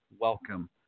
welcome